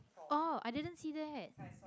oh I didn't see that